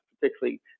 particularly